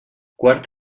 quart